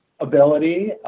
ability